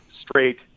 straight